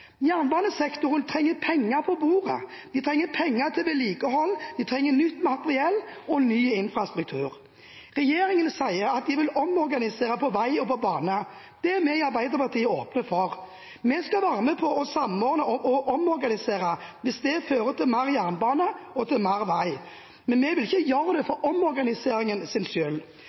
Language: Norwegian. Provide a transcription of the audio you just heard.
Jernbanesektoren trenger penger på bordet. De trenger penger til vedlikehold, de trenger nytt materiell og ny infrastruktur. Regjeringen sier de vil omorganisere på vei og på bane, det er vi i Arbeiderpartiet åpne for. Vi skal være med på å samordne og omorganisere hvis det fører til mer jernbane og mer vei. Men vi vil ikke gjøre det for